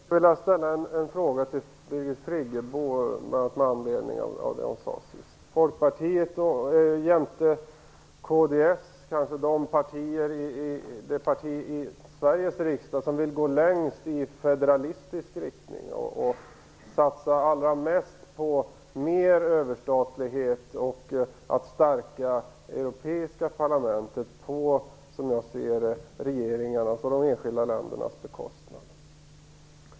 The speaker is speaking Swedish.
Herr talman! Jag skulle vilja ställa en fråga till Birgit Friggebo med anledning av det hon sade sist. Folkpartiet - jämte kds - är kanske det parti i Sveriges riksdag som vill gå längst i federalistisk riktning och satsa allra mest på mer överstatlighet och på att stärka det europeiska parlamentet på regeringarnas och de enskilda ländernas bekostnad.